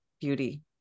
beauty